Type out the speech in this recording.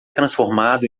transformado